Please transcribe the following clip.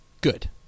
good